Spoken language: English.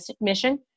mission